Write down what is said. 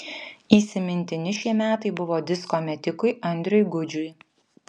įsimintini šie metai buvo disko metikui andriui gudžiui